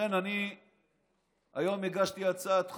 לכן אני היום הגשתי הצעת חוק.